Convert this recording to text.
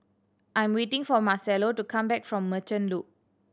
I'm waiting for Marcello to come back from Merchant Loop